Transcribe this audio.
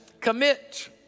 commit